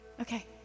Okay